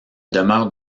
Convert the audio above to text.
demeure